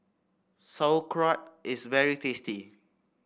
sauerkraut is very tasty